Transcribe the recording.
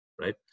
right